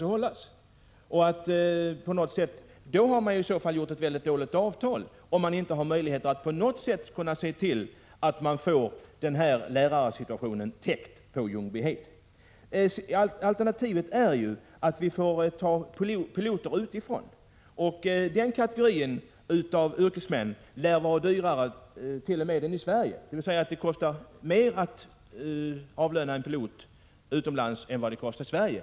Om man inte har någon möjlighet att se till att få lärarbehovet på Ljungbyhed täckt, har man träffat ett mycket dåligt avtal. Alternativet till utbildning är att ta piloter utifrån. Den kategorin av yrkesmän lär vara dyrare än t.o.m. de svenska piloterna. Det kostar mer att avlöna en pilot utomlands än det kostar i Sverige.